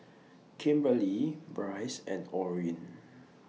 Kimberlee Brice and Orin